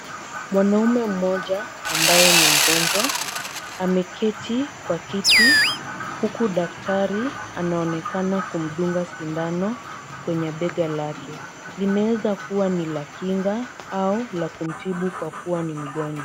Mwanaume mmoja ambaye ni mgonjwa ameketi kwa kiti, huku daktari anaonekana kumdunga sindano kwenye bega lake. Inaweza kuwa ni la kinga au la kumtibu kwa kuwa ni mgonjwa.